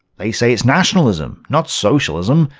they say it's nationalism, not socialism.